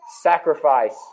Sacrifice